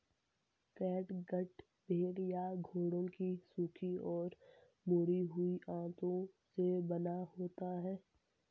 catgut भेड़ या घोड़ों की सूखी और मुड़ी हुई आंतों से बना होता है